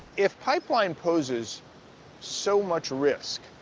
if pipeline poses so much risk,